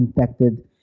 infected